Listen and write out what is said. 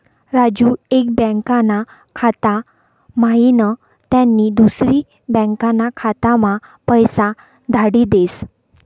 राजू एक बँकाना खाता म्हाईन त्यानी दुसरी बँकाना खाताम्हा पैसा धाडी देस